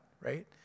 right